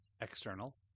external